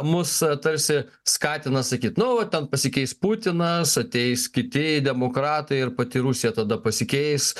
mus tarsi skatina sakyt nu ten pasikeis putinas ateis kiti demokratai ir pati rusija tada pasikeis